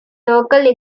local